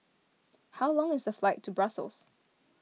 how long is the flight to Brussels